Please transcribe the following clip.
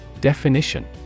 Definition